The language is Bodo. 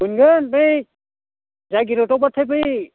मोनगोन बै जागिरदआव बाथाय बै